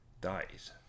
dies